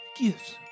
gifts